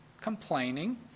Complaining